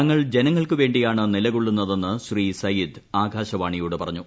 തങ്ങൾ ജനങ്ങൾക്കു വേണ്ടിയാണ് നിലകൊള്ളുന്നതെന്ന് ശ്രീ സയീദ് ആകാശവാണിയോട് പറഞ്ഞു